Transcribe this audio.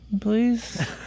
please